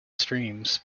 streams